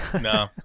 No